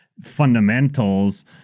fundamentals